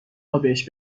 تابهش